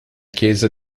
chiesa